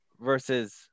versus